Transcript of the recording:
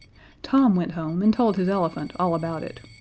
tom went home, and told his elephant all about it.